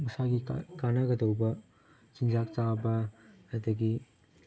ꯃꯁꯥꯒꯤ ꯀꯥꯟꯅꯒꯗꯧꯕ ꯆꯤꯟꯖꯥꯛ ꯆꯥꯕ ꯑꯗꯒꯤ